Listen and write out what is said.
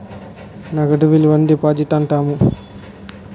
నగదు నిల్వను డిపాజిట్ అంటాము